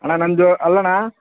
ಅಣ್ಣ ನನ್ನದು ಅಲ್ಲಣ್ಣ